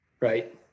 right